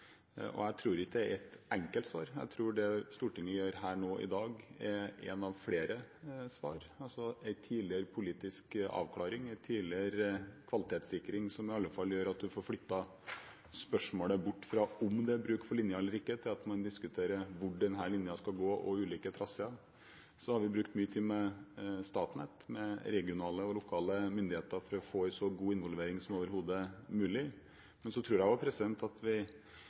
om. Jeg tror ikke det er et enkelt svar. Jeg tror at det Stortinget gjør her i dag, er ett av flere svar – en tidligere politisk avklaring, tidligere kvalitetssikring, som iallfall gjør at man får flyttet spørsmålet bort fra om det er bruk for linjen eller ikke, til at man diskuterer hvor denne linjen skal gå og ulike traseer. Så har vi brukt mye tid med Statnett og med regionale og lokale myndigheter for å få en så god involvering som overhodet mulig. Men så tror jeg at vi